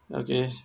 okay